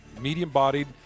medium-bodied